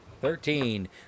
Thirteen